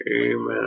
amen